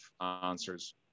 answers